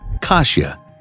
Kasia